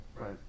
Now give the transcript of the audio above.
Right